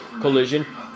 Collision